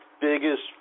biggest